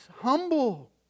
humble